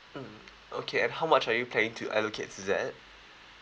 mm okay and how much are you planning to allocate to that